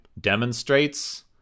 demonstrates